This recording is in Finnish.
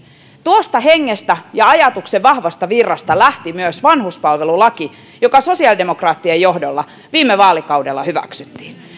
tuosta hengestä ja ajatuksen vahvasta virrasta lähti myös vanhuspalvelulaki joka sosiaalidemokraattien johdolla viime vaalikaudella hyväksyttiin